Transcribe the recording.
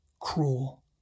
cruel